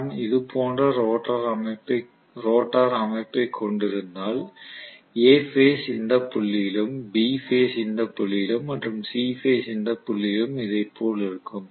நான் இது போன்ற ரோட்டோர் அமைப்பை கொண்டிருந்தால் A பேஸ் இந்த புள்ளியிலும் B பேஸ் இந்த புள்ளியிலும் மற்றும் C பேஸ் இந்த புள்ளியிலும் இதை போல இருக்கும்